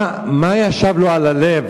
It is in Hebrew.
מה ישב לו על הלב?